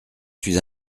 suis